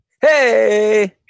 Hey